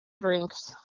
drinks